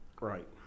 Right